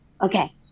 Okay